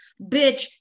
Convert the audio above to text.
Bitch